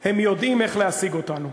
הם יודעים איך להשיג אותנו.